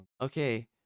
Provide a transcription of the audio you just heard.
Okay